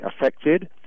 affected